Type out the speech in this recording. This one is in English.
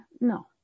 No